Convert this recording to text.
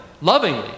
lovingly